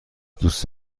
دوست